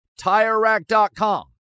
TireRack.com